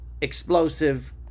explosive